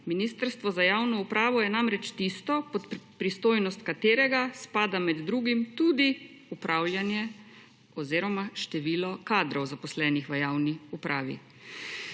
Ministrstvo za javno upravo je namreč tisto, pod pristojnost katerega spada med drugim tudi upravljanje oziroma število kadrov, zaposlenih v javni upravi.